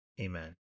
amen